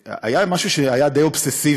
אנחנו עוברים להצעות לחוק לדיון מוקדם.